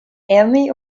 emmy